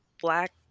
black